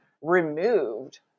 removed